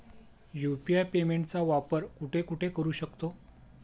UPI पेमेंटचा वापर कुठे कुठे करू शकतो?